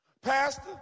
pastor